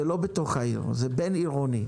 זה לא בתוך העיר, זה בין-עירוני.